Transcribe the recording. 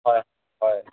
হয় হয়